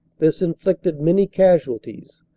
this inflicted many casualties,